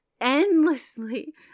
endlessly